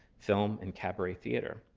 film, and cabaret theater.